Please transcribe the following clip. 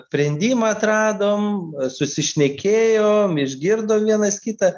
sprendimą atradome susišnekėjom išgirdom vienas kitą